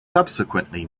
subsequently